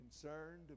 concerned